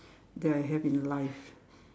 that I have in life